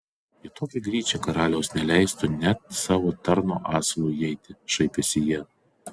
į tokią gryčią karalius neleistų net savo tarno asilui įeiti šaipėsi jie